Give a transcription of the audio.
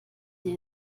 die